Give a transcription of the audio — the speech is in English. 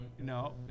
No